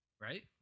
right